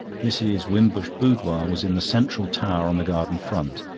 mrs. wimbush's boudoir was in the central tower on the garden front.